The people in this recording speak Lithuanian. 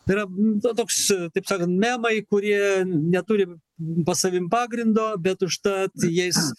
tai yra na toks taip sakant memai kurie neturi po savim pagrindo bet užtat jais